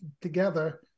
together